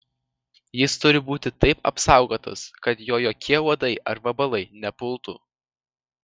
jis turi būti taip apsaugotas kad jo jokie uodai ar vabalai nepultų